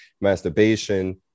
masturbation